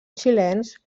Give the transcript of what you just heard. xilens